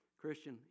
Christian